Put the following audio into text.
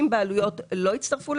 ו-30 בעלויות לא הצטרפו,